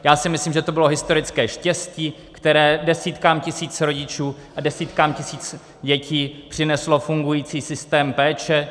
Já si myslím, že to byla historické štěstí, které desítkám tisíc rodičů a desítkám tisíc dětí přineslo fungující systém péče.